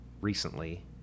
recently